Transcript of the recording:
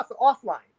offline